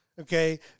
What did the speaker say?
Okay